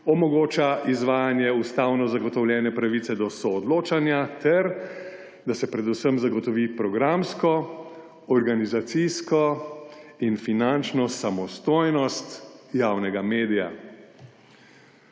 omogoča izvajanje ustavno zagotovljene pravice do soodločanja ter da se predvsem zagotovi programsko, organizacijsko in finančno samostojnost javnega medija.